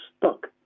stuck